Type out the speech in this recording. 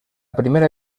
primera